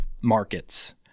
markets